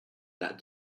that